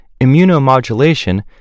immunomodulation